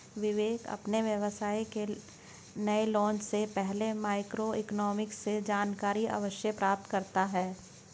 विवेक अपने व्यवसाय के नए लॉन्च से पहले माइक्रो इकोनॉमिक्स से जानकारी अवश्य प्राप्त करता है